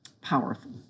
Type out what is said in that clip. Powerful